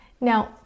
Now